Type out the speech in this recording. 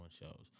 shows